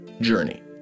journey